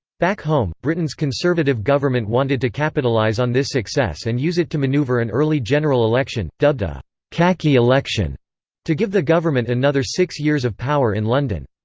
back home, britain's conservative government wanted to capitalize on this success and use it to maneuver an early general election, dubbed a khaki election to give the government another six years of power in london.